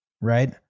right